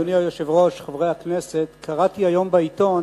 אדוני היושב-ראש, חברי הכנסת, קראתי היום בעיתון